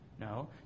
No